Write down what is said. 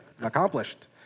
Accomplished